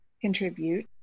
contribute